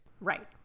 right